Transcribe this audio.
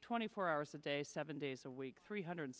twenty four hours a day seven days a week three hundred